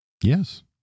Yes